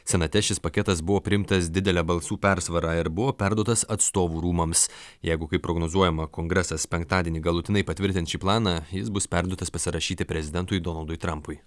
senate šis paketas buvo priimtas didele balsų persvara ir buvo perduotas atstovų rūmams jeigu kaip prognozuojama kongresas penktadienį galutinai patvirtins šį planą jis bus perduotas pasirašyti prezidentui donaldui trampui